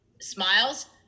smiles